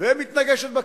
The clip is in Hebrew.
ומתנגשת בקיר.